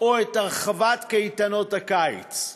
או את הרחבת קייטנות הקיץ.